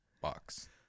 box